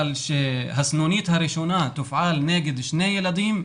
אבל שהסנונית הראשונה תופעל נגד שני ילדים?